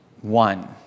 One